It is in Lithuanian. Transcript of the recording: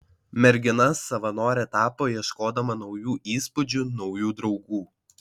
mergina savanore tapo ieškodama naujų įspūdžių naujų draugų